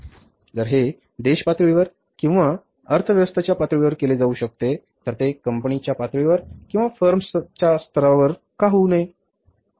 जर हे देशपातळीवर किंवा अर्थव्यवस्थेच्या पातळीवर केले जाऊ शकते तर ते कंपनीच्या पातळीवर किंवा फर्मच्या स्तरावर का होऊ नये